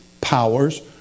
powers